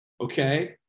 okay